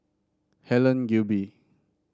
Helen Gilbey